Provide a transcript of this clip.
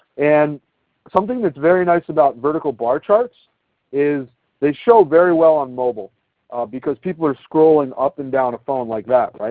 and something that is very nice about bar charts is they show very well on mobile because people are scrolling up and down a phone like that.